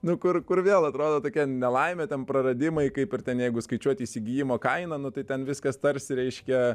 nu kur kur vėl atrodo tokia nelaimė ten praradimai kaip ir ten jeigu skaičiuoti įsigijimo kainą nu tai ten viskas tarsi reiškia